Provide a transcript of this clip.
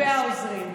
והעוזרים.